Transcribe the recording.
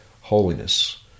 Holiness